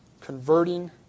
converting